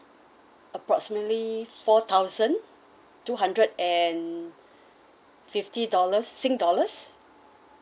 approximately four thousand two hundred and fifty dollars sing dollars